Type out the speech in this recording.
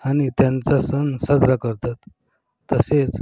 आणि त्यांचा सण साजरा करतात तसेच